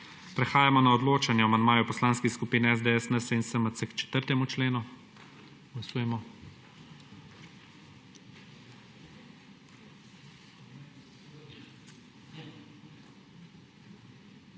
Prehajamo na odločanje o amandmaju poslanskih skupin SDS, NSi in SMC k 1. členu. Glasujemo.